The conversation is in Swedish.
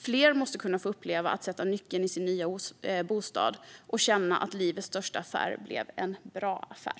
Fler måste kunna få uppleva att sätta nyckeln i sin nya bostad och känna att livets största affär blev en bra affär.